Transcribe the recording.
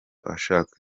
ashaka